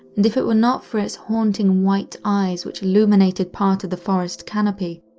and if it were not for its haunting white eyes which illuminated part of the forest canopy,